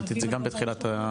ציינתי את זה גם בתחילת הדיון.